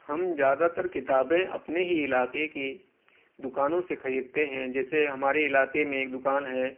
ہم زیادہ تر کتابیں اپنے ہی علاقے کے دُکانوں سے خریدتے ہیں جیسے ہمارے علاقے میں ایک دُکان ہے